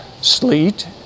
sleet